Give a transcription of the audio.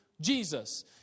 Jesus